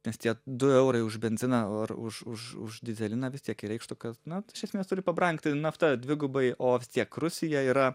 nes tie du eurai už benziną ar už už už dyzeliną vis tiek jie reikštų kad na tai iš esmės turi pabrangti nafta dvigubai o vis tiek rusija yra